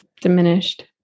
diminished